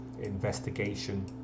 investigation